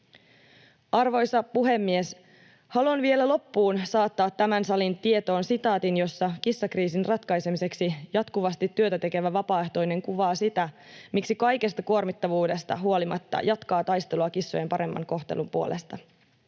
Arvoisa puhemies! Haluan vielä loppuun saattaa tämän salin tietoon sitaatin, jossa kissakriisin ratkaisemiseksi jatkuvasti työtä tekevä vapaaehtoinen kuvaa sitä, miksi kaikesta kuormittavuudesta huolimatta jatkaa taistelua kissojen paremman kohtelun puolesta: